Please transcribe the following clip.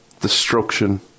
destruction